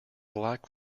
black